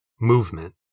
movement